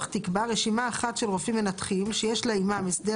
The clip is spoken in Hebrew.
תקבע רשימה אחת של רופאים מנתחים שיש לה עימם הסדר